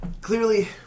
clearly